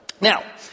Now